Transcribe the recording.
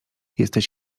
jesteś